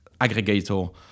aggregator